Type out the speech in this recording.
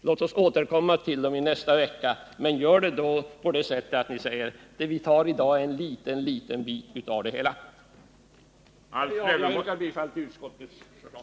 Låt oss återkomma till dem i nästa vecka, men gör det då på det sättet att ni säger: Det vi tar i dag är en liten liten bit av det hela. Jag yrkar bifall till utskottets förslag.